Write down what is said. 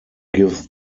give